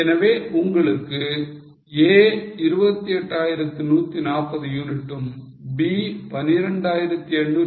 எனவே உங்களுக்கு A 28140 யூனிட்டும் B 12864